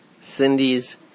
Cindy's